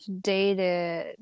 dated